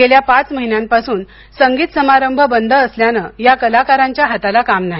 गेल्या पाच महिन्यांपासून संगीत समारंभ बंद असल्याने या कलाकारांच्या हाताला काम नाही